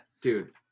Dude